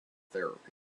therapy